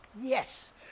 Yes